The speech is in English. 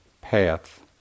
path